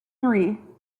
three